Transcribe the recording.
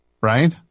Right